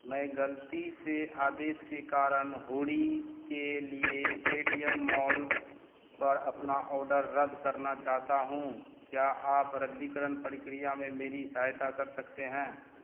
मैं गलती से आदेश के कारण हूड़ी के लिए पेटीएम मॉल पर अपना औडर रद्द करना चाहता हूँ क्या आप रद्दीकरण प्रक्रिया में मेरी सहायता कर सकते हैं